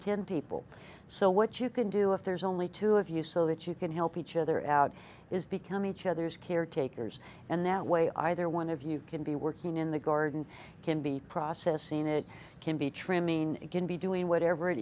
ten people so what you can do if there's only two of you so that you can help each other out is becoming each other's caretakers and that way either one of you can be working in the garden it can be processing it can be trimming it can be doing whatever it